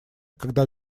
когда